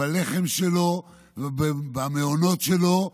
בלחם שלו ובמעונות שלו,